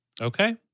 Okay